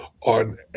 on